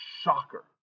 shocker